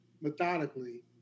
methodically